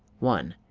one.